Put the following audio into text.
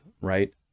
right